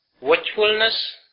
watchfulness